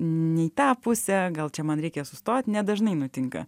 ne į tą pusę gal čia man reikia sustoti nedažnai nutinka